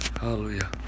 Hallelujah